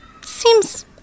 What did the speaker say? seems